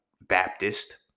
Baptist